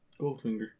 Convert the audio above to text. Goldfinger